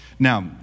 Now